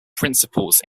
principals